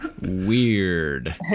Weird